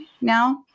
now